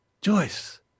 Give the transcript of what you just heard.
Joyce